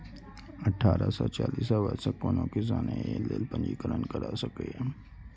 अठारह सं चालीस वर्षक कोनो किसान एहि लेल पंजीकरण करा सकैए